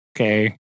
Okay